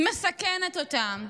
מסכנת אותם.